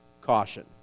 caution